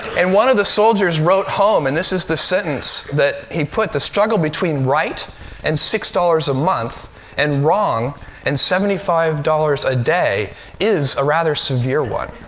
and one of the soldiers wrote home, and this is the sentence that he put the struggle between right and six dollars a month and wrong and seventy five dollars a day is a rather severe one.